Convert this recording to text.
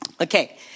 Okay